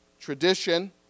tradition